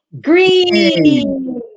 green